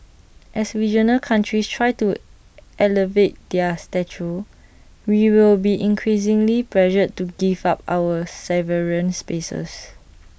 as regional countries try to elevate their stature we will be increasingly pressured to give up our sovereign spaces